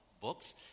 books